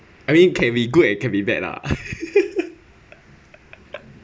I mean can be good and can be bad lah